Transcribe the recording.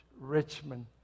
Richmond